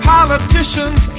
Politicians